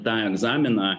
tą egzaminą